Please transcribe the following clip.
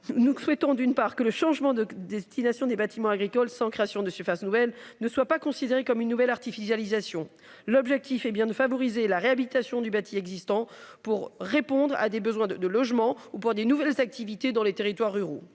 Nous souhaitons, d'une part que le changement de destination des bâtiments agricoles sans création de surfaces nouvelles ne soit pas considéré comme une nouvelle artificialisation. L'objectif est bien de favoriser la réhabilitation du bâti existant pour répondre à des besoins de logement ou pour des nouvelles activités, dans les territoires ruraux.